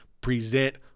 present